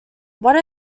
one